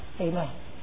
Amen